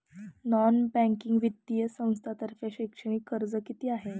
Non banking वित्तीय संस्थांतर्फे शैक्षणिक कर्ज किती आहे?